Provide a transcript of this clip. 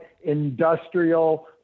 industrial